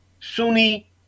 Sunni